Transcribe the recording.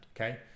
okay